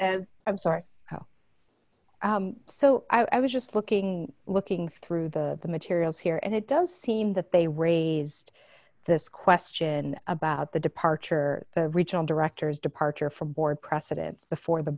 i'm sorry how so i was just looking looking through the materials here and it does seem that they raised this question about the departure the regional directors departure from board precedence before the